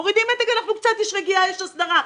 מורידים מתג, יש קצת רגיעה ויש הסדרה.